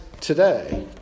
today